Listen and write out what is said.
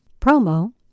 promo